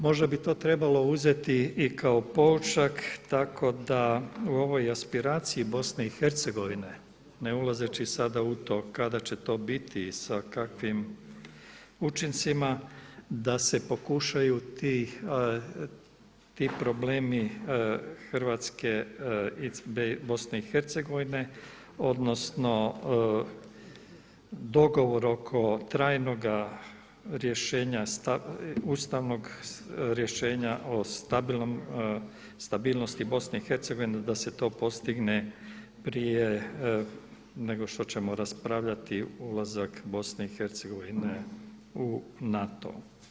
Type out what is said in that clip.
Možda bi to trebalo uzeti i kao poučak tako da u ovoj aspiraciji BIH ne ulazeći sada u to kada će to biti i sa kakvim učincima da se pokušaju ti problemi Hrvatske i BIH odnosno dogovor oko trajnoga rješenja, ustavnog rješenja o stabilnosti BIH da se to postigne prije nego što ćemo raspravljati ulazak BIH u NATO.